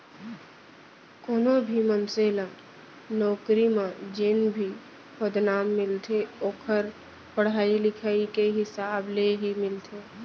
कोनो भी मनसे ल नउकरी म जेन भी पदनाम मिलथे ओखर पड़हई लिखई के हिसाब ले ही मिलथे